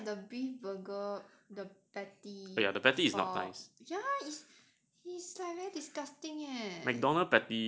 but don't like the beef burger the the patty ya it's like very disgusting eh